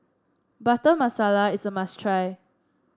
Butter Masala is a must try